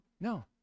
No